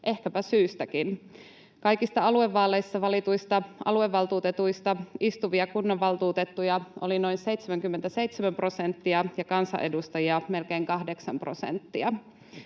ehkäpä syystäkin. Kaikista aluevaaleissa valituista aluevaltuutetuista istuvia kunnanvaltuutettuja oli noin 77 prosenttia ja kansanedustajia melkein 8 prosenttia.